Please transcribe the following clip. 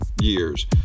years